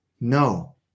no